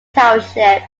township